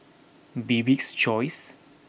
Bibik's choice